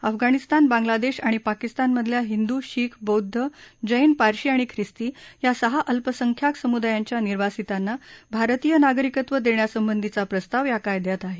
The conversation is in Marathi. अफगाणिस्तान बांग्लादेश आणि पाकिस्तानमधल्या हिंदू शीख बौद्ध ज्त्त पारशी अणि ख्रिस्ती या सहा अल्पसंख्याक समुदायांच्या निर्वासितांना भारतीय नागरिकत्व देण्यासंबधीचा प्रस्ताव या कायद्यात आहे